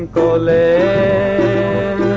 ole a